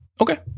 Okay